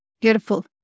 Beautiful